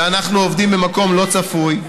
אנחנו יודעים שאנחנו עובדים במקום לא צפוי,